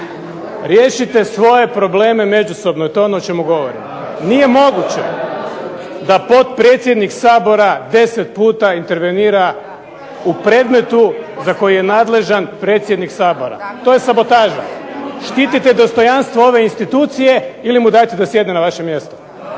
riješite svoje probleme međusobno i to je ono o čemu govorim. … /Buka u dvorani, govornici govore u glas./… Nije moguće da potpredsjednik Sabora deset puta intervenira u predmetu za koji je nadležan predsjednik Sabora. To je sabotaža. Štitite dostojanstvo ove institucije ili mu dajte da sjedne na vaše mjesto.